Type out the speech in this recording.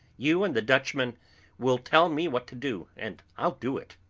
you and the dutchman will tell me what to do, and i'll do it.